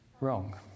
wrong